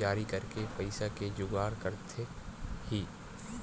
जारी करके पइसा के जुगाड़ करथे ही